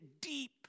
deep